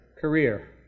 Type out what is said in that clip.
career